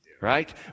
right